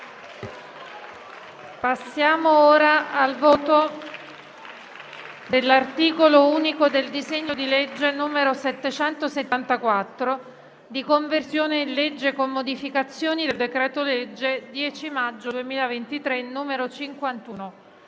nominale con appello dell'articolo unico del disegno di legge n. 774, di conversione in legge, con modificazioni, del decreto-legge 10 maggio 2023, n. 51,